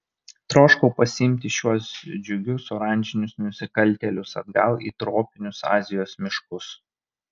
troškau pasiimti šiuos džiugius oranžinius nusikaltėlius atgal į tropinius azijos miškus